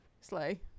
slay